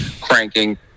cranking